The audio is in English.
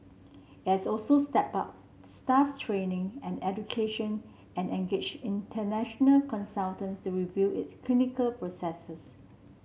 it has also stepped up staff training and education and engaged international consultants to review its clinical processes